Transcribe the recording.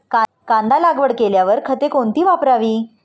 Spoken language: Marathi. कांदा लागवड केल्यावर खते कोणती वापरावी?